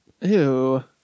Ew